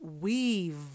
weave